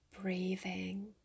breathing